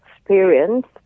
experience